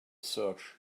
search